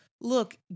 look